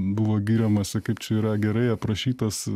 buvo giriamas kaip čia yra gerai aprašytas